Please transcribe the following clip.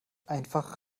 einfach